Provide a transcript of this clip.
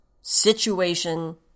Situation